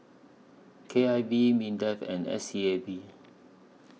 K I V Mindef and S E A B